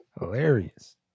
Hilarious